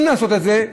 אם לעשות את זה,